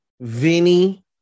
Vinny